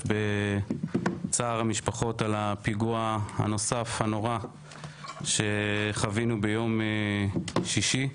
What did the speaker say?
בצער המשפחות על הפיגוע הנוסף הנורא שחווינו ביום שישי.